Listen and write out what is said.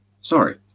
sorry